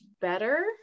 better